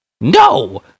No